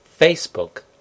Facebook